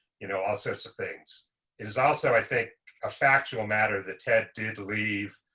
you know, all sorts of things is also, i think, a factual matter the tech did leave